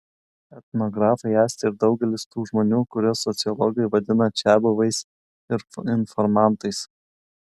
etnografai esti ir daugelis tų žmonių kuriuos sociologai vadina čiabuviais informantais